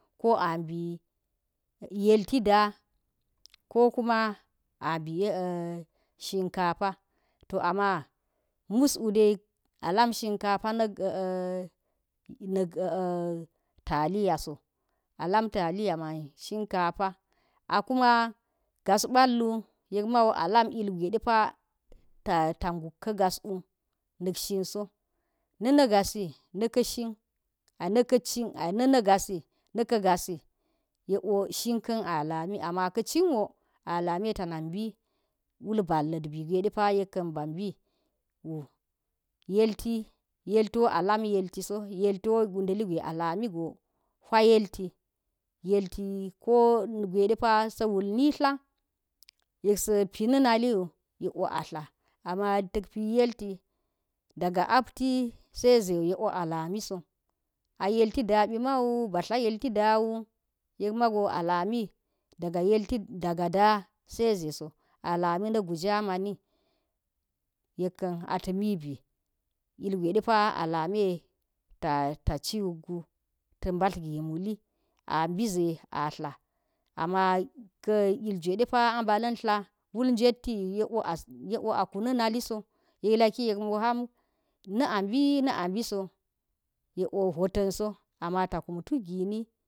Ko a mbi yelfi da ko ki ma, a mbi shinka fa to an mus u dai alam shukafa nak taliya so alam taliya man shikafa a kulma man shikafa. a kul ma gas ba̱l wu yek man alan ilgwe de pa ta guk ka̱ gas u nak shin so ai naka̱ gasi shika̱n a lam ama ka̱ cin wo a lame ta nak wul balllat ɓi gwe depa yek ka̱n mbi wu, yelfi yelfwo a lam yelfi so, yelfwo wudaligo alami hwu yelli, ko gwedepa sa wul nit la, yek sa pi na naliwo yek sa pi na naliwo yek o a tla ama tal pi yelti daga apti sai ze wo yek wo a lamiso a yelti ɗabi man bat la yelfi dawu yek mago alami ɗaga da sai ze so, alami na guja mani yekan tami bi ilgwe depa alamiye ta ciwu gu ta̱ ba̱t gi muli a mbize a tla, am kv ilgwe depa a mbv lant la wul njwuity yek o aku na nali so yek lki yek ham na a bi na abiso yek wo hwoti so amata kum tuk gina